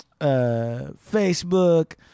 Facebook